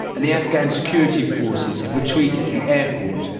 and the afghan security forces have retreated to the airport,